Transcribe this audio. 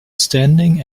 standing